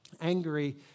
angry